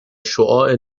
شعاع